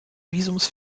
visums